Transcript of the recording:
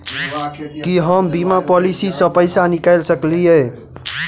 की हम बीमा पॉलिसी सऽ पैसा निकाल सकलिये?